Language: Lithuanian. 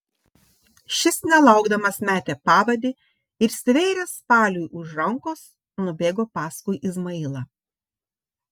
šis nelaukdamas metė pavadį ir stvėręs paliui už rankos nubėgo paskui izmailą